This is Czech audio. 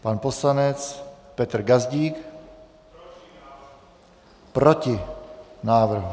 Pan poslanec Petr Gazdík: Proti návrhu.